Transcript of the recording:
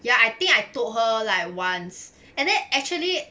ya I think I told her like once and then actually